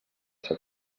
ser